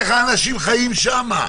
איך האנשים יחיו שם?